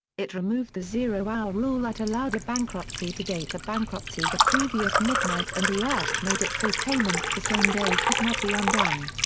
it removed the zero hour rule that allowed a bankruptcy to date a bankruptcy the previous midnight and the act made it so payments the same day could not be undone.